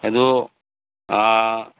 ꯑꯗꯨ ꯑꯥ